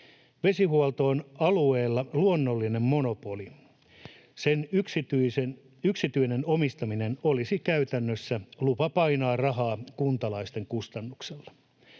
Vesihuolto on alueella luonnollinen monopoli. Sen yksityinen omistaminen olisi käytännössä lupa painaa rahaa kuntalaisten kustannuksella.